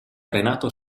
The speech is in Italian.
renato